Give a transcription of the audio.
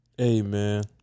amen